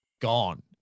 gone